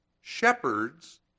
shepherds